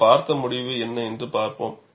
நாம் பார்த்த முடிவு என்ன என்று பார்ப்போம்